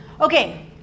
Okay